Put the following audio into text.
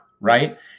right